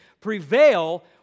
prevail